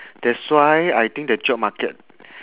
that's why I think the job market